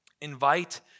invite